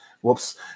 whoops